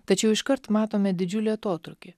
tačiau iškart matome didžiulį atotrūkį